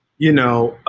you know,